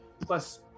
plus